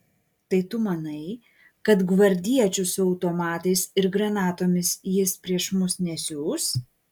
tai tu manai kad gvardiečių su automatais ir granatomis jis prieš mus nesiųs